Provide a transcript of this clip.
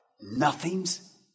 Nothing's